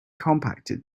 compacted